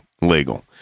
legal